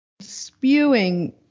spewing